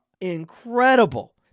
incredible